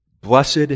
Blessed